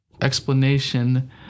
explanation